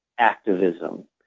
activism